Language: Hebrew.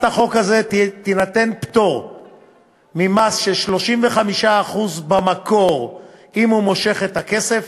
החוק הזאת יינתן פטור ממס של 35% במקור אם הוא מושך את הכסף.